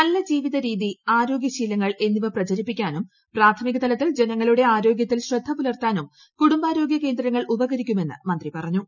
നല്ല ജീവിത രീതി ആരോഗ്യ ശീലങ്ങൾ എന്നിവ പ്രചരിപ്പിക്കാനും പ്രാഥമികതലത്തിൽ ജനങ്ങളുടെ ആരോഗ്യത്തിൽ ശ്രദ്ധ പുലർത്താനും കുടുംബാരോഗൃ കേന്ദ്രങ്ങൾ ഉപകരിക്കുമെന്നും മന്ത്രി പറഞ്ഞു